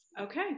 Okay